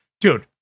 Dude